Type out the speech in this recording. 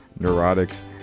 neurotics